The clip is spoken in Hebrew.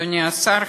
אדוני השר,